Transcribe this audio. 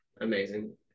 Amazing